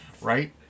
right